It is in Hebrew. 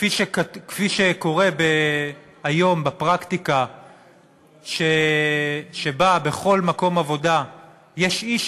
כפי שקורה היום בפרקטיקה שבה בכל מקום עבודה יש איש